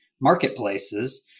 marketplaces